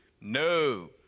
No